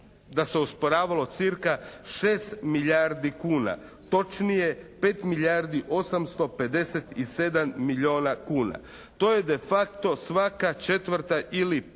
da se osporavalo cca 6 milijardi kuna, točnije 5 milijardi 857 milijuna kuna. To je de facto svaka četvrta ili